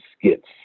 skits